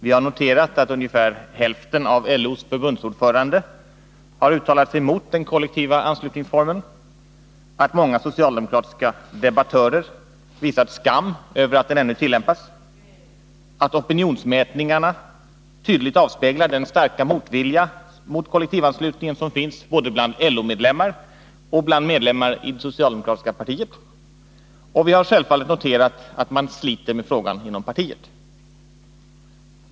Vi har noterat att ungefär hälften av LO:s förbundsordförande har uttalat sig emot den kollektiva anslutningsformen, att många socialdemokratiska debattörer har visat skam över att den ännu tillämpas, att opionionsmätningarna tydligt avspeglar den starka motvilja mot kollektivanslutningen som finns både bland LO:s medlemmar och bland medlemmar i det socialdemokratiska partiet. Och vi har självfallet noterat att man sliter med frågan inom partiet.